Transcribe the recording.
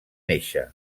néixer